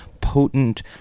potent